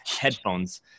headphones